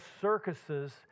circuses